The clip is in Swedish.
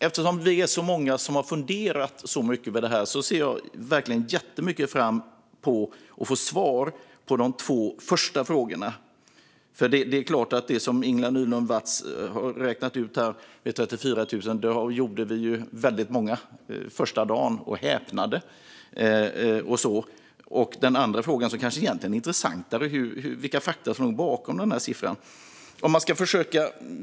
Eftersom det är så många som har funderat så mycket på det här ser jag verkligen jättemycket fram emot att få svar på de två första frågorna. Det som Ingela Nylund Watz gjorde när hon räknade ut att det är 34 000 gjorde väldigt många av oss första dagen, och vi häpnade. Den andra frågan, som kanske egentligen är intressantare, är vilka fakta som låg bakom den här siffran.